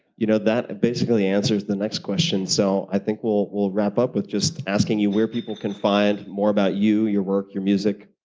you know that basically answers the next question, so i think we'll we'll wrap up with just asking you where people can find more about you, your work, your music,